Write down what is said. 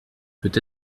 peut